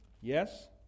Yes